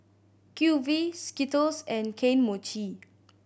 Q V Skittles and Kane Mochi